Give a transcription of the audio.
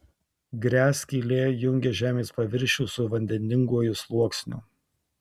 gręžskylė jungia žemės paviršių su vandeninguoju sluoksniu